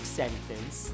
sentence